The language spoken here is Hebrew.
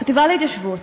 החטיבה להתיישבות,